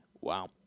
Wow